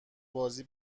بازی